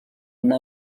une